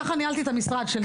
ככה ניהלתי את המשרד שלי.